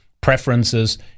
preferences